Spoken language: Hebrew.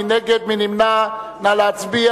הרווחה והבריאות על מנת להכינה לקריאה